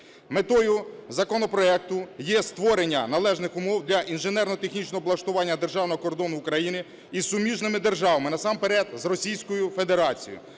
Метою законопроекту є створення належних умов для інженерно-технічного облаштування державного кордону України із суміжними державами, насамперед з Російською Федерацією,